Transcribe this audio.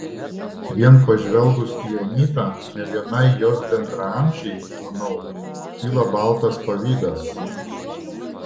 vien pažvelgus į anytą ne vienai jos bendraamžei manau kyla baltas pavydas